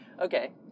Okay